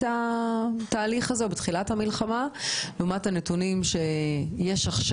התהליך הזה או בתחילת המלחמה לעומת הנתונים העדכניים.